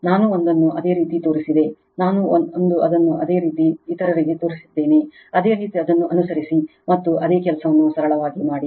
ನಾನು ಒಂದನ್ನು ಅದೇ ರೀತಿ ತೋರಿಸಿದೆ ನಾನು ಒಂದು ಅದನ್ನು ಅದೇ ರೀತಿ ಇತರರಿಗೆ ತೋರಿಸಿದ್ದೇನೆ ಅದೇ ರೀತಿ ಅದನ್ನು ಅನುಸರಿಸಿ ಮತ್ತು ಅದೇ ಕೆಲಸವನ್ನು ಸರಳವಾಗಿ ಮಾಡಿ